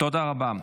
תודה רבה.